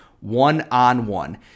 one-on-one